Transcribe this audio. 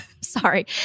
sorry